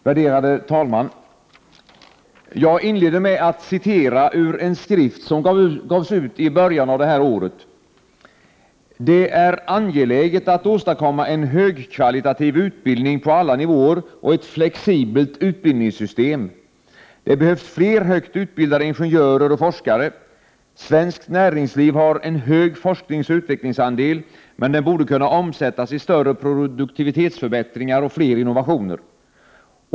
Värderade talman! Jag inleder med att citera ur en skrift som gavs ut i början av det här året: ”Det är angeläget att åstadkomma en högkvalitativ utbildning på alla nivåer och ett flexibelt utbildningssystem. Det behövs fler högt utbildade ingenjörer och forskare. Svenskt näringsliv har en hög forskningsoch utvecklingsandel, men den borde kunna omsättas i större produktivitetsförbättringar och fler innovationer.